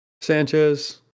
Sanchez